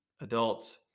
adults